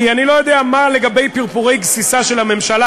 כי אני לא יודע מה לגבי פרפורי גסיסה של הממשלה,